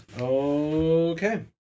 Okay